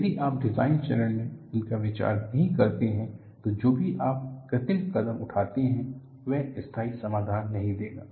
यदि आप डिज़ाइन चरण में इसके विचार नहीं करते हैं तो जो भी आप कृत्रिम कदम उठाते हैं वह स्थायी समाधान नहीं देगा